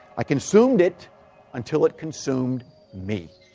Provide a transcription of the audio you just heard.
i consumed it until it consumed me.